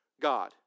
God